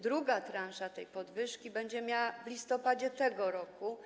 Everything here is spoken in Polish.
Druga transza tej podwyżki będzie miała miejsce w listopadzie tego roku.